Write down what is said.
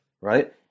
Right